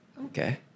Okay